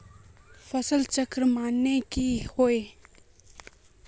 फसल चक्रण माने की होय?